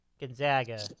Gonzaga